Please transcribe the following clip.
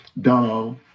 Donald